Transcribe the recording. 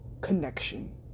connection